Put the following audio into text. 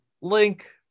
link